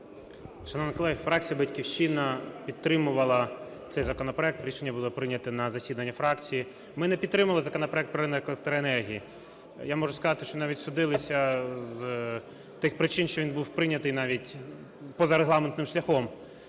Шановні колеги, фракція "Батьківщина" підтримувала цей законопроект. Рішення було прийнято на засіданні фракції. Ми не підтримували законопроект про ринок електроенергії, я можу сказати, що навіть судилися з тих причин, що він був прийнятий навіть позарегламентним шляхом.